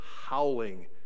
howling